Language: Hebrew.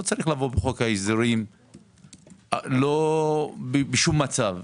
לא צריך לבוא בחוק ההסדרים בשום מצב.